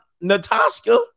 Natasha